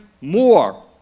more